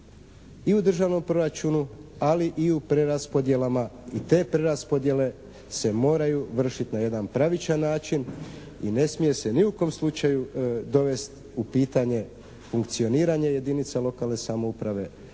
i u državnom proračunu, ali u preraspodjelama i te preraspodjele se moraju vršiti na jedan pravičan način i ne smije se ni u kom slučaju dovesti u pitanje funkcioniranje jedinica lokalne samouprave